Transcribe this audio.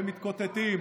ומתקוטטים.